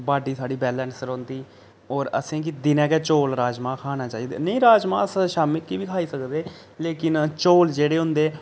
body साढ़ी balance रौंह्दी होर असैं गी दिनें गै चौल राजमांह् खाने चाहिदे नेईं राजमांह् अस शामीं गी बी खाई सकदे लेकिन चौल जेह्ड़े होंदे